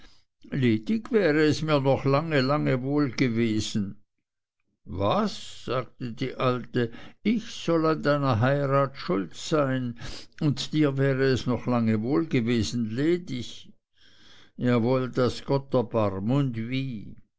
ledig wäre es mir noch lange lange wohl gewesen was sagte die alte ich soll an deiner heirat schuld sein und dir wäre es noch lange wohl gewesen ledig jawohl daß gott erbarm und wie